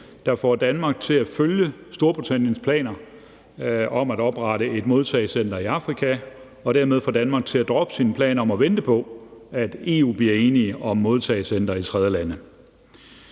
der får Danmark til at følge Storbritanniens planer om at oprette et modtagecenter i Afrika og dermed får Danmark til at droppe sin plan om at vente på, at EU bliver enige om modtagecentre i tredjelande.